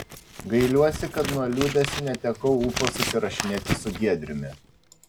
gailiuosi kad nuo liūdesių netekau ūpo susirašinėti su giedriumi